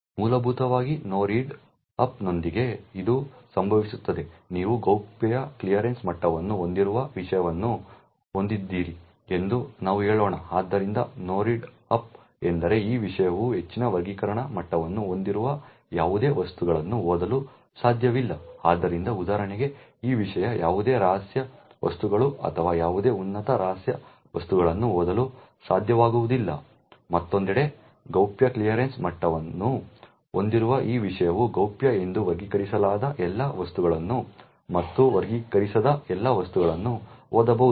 ಮೂಲಭೂತವಾಗಿ no read ಅಪ್ನೊಂದಿಗೆ ಇದು ಸಂಭವಿಸುತ್ತದೆ ನೀವು ಗೌಪ್ಯತೆಯ ಕ್ಲಿಯರೆನ್ಸ್ ಮಟ್ಟವನ್ನು ಹೊಂದಿರುವ ವಿಷಯವನ್ನು ಹೊಂದಿದ್ದೀರಿ ಎಂದು ನಾವು ಹೇಳೋಣ ಆದ್ದರಿಂದ ನೋ ರೀಡ್ ಅಪ್ ಎಂದರೆ ಈ ವಿಷಯವು ಹೆಚ್ಚಿನ ವರ್ಗೀಕರಣ ಮಟ್ಟವನ್ನು ಹೊಂದಿರುವ ಯಾವುದೇ ವಸ್ತುಗಳನ್ನು ಓದಲು ಸಾಧ್ಯವಿಲ್ಲ ಆದ್ದರಿಂದ ಉದಾಹರಣೆಗೆ ಈ ವಿಷಯ ಯಾವುದೇ ರಹಸ್ಯ ವಸ್ತುಗಳು ಅಥವಾ ಯಾವುದೇ ಉನ್ನತ ರಹಸ್ಯ ವಸ್ತುಗಳನ್ನು ಓದಲು ಸಾಧ್ಯವಾಗುವುದಿಲ್ಲ ಮತ್ತೊಂದೆಡೆ ಗೌಪ್ಯತೆಯ ಕ್ಲಿಯರೆನ್ಸ್ ಮಟ್ಟವನ್ನು ಹೊಂದಿರುವ ಈ ವಿಷಯವು ಗೌಪ್ಯ ಎಂದು ವರ್ಗೀಕರಿಸಲಾದ ಎಲ್ಲಾ ವಸ್ತುಗಳನ್ನು ಮತ್ತು ವರ್ಗೀಕರಿಸದ ಎಲ್ಲಾ ವಸ್ತುಗಳನ್ನು ಓದಬಹುದು